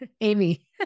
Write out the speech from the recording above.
Amy